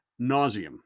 nauseum